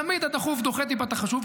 תמיד הדחוף דוחה טיפה את החשוב.